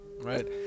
right